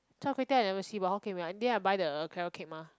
char-kway-teow I never see buy hokkien mee in the end I buy the carrot cake mah